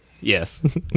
Yes